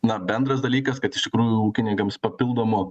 na bendras dalykas kad iš tikrųjų ūkininkams papildomo